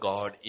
God